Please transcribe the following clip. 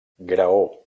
graó